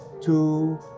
two